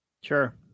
Sure